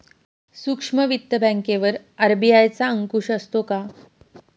सूक्ष्म वित्त बँकेवर आर.बी.आय चा अंकुश असतो का?